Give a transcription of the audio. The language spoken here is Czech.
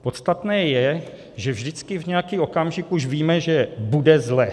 Podstatné je, že vždycky v nějaký okamžik už víme, že bude zle.